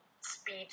speech